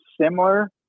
similar